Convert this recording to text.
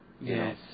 Yes